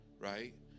right